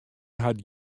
hat